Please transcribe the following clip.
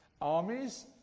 armies